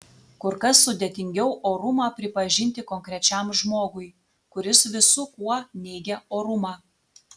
kur kas sudėtingiau orumą pripažinti konkrečiam žmogui kuris visu kuo neigia orumą